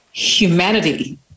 humanity